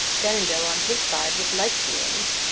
denonville, on his side, with like feelings,